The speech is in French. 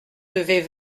devait